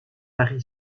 mari